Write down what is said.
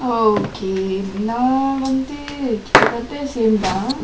oh okay நா வந்து கிட்ட தட்ட:naa vanthu kitta thatta same தான்:thaan